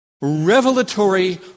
revelatory